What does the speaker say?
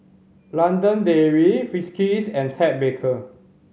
London Dairy Friskies and Ted Baker